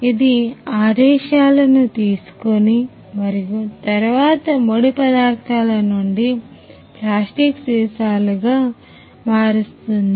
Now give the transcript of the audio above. ఇది ఆదేశాలను తీసుకొని మరియు తరువాత ముడి పదార్థాల నుండి ప్లాస్టిక్ సీసాలు గా మారుస్తుంది